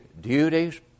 duties